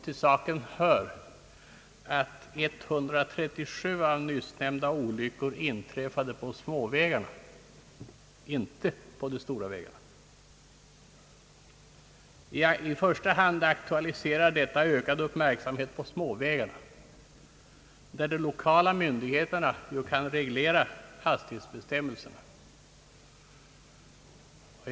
Till saken hör att 137 av nyssnämnda olyckor inträffade på småvägarna, inte på de stora vägarna. I första hand aktualiserar detta ökad uppmärksamhet på småvägarna, där de lokala myndigheterna ju kan reglera hastighetsbestämmelserna.